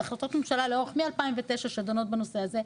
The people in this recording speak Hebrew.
זה החלטות ממשלה מ-2009 שדנות בנושא הזה,